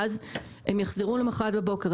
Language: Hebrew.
ואז הם יחזרו למחרת בבוקר.